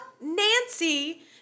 Nancy